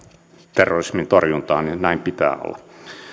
terrorismin torjuntaan näin pitää olla